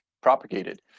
propagated